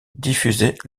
diffusait